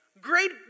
great